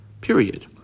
Period